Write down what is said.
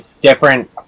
different